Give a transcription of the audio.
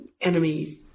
enemy